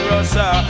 Russia